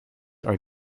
are